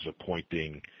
appointing